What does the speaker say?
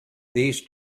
these